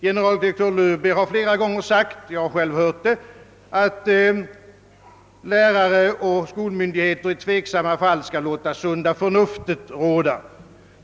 Generaldirektör Löwbeer har flera gånger sagt — jag har själv hört det — att lärare och skolmyndigheter i tveksamma fall skall låta sunda förnuftet råda.